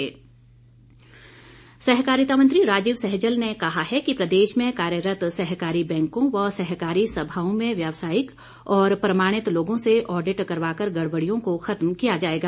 विधानसभा चर्चा सहकारिता मंत्री राजीव सहजल ने कहा है कि प्रदेश में कार्यरत्त सहकारी बैंकों व सहकारी सभाओं में व्यवसायिक और प्रमाणित लोगों से ऑडिट करवा कर गड़बड़ियों को खत्म किया जाएगा